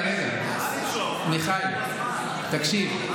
רגע, מיכאל, תקשיב,